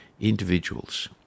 individuals